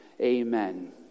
Amen